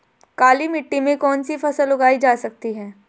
काली मिट्टी में कौनसी फसल उगाई जा सकती है?